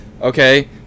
okay